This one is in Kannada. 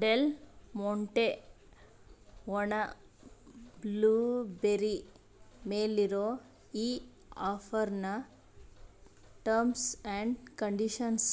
ಡೆಲ್ ಮೋಂಟೆ ಒಣ ಬ್ಲೂಬೆರಿ ಮೇಲಿರೋ ಈ ಆಫರ್ನ ಟರ್ಮ್ಸ್ ಆ್ಯಂಡ್ ಕಂಡೀಷನ್ಸ್